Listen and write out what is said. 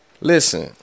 Listen